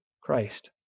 Christ